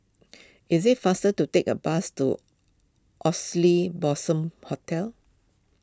is it faster to take a bus to Oxley Blossom Hotel